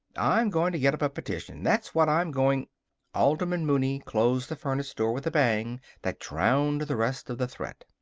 i'm going to get up a petition that's what i'm going alderman mooney closed the furnace door with a bang that drowned the rest of the threat.